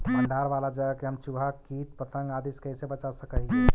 भंडार वाला जगह के हम चुहा, किट पतंग, आदि से कैसे बचा सक हिय?